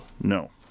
No